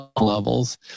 levels